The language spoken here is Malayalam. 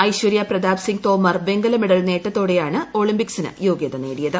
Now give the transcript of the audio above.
ഐശ്വര്യ പ്രതാപ് സിംഗ് തോമർ വെങ്കല മെഡൽ നേട്ടത്തോടെയാണ് ഒളിമ്പിക്സിന് യോഗ്യത നേടിയത്